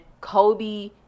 Kobe